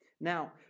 Now